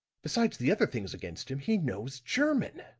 besides the other things against him, he knows german.